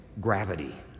gravity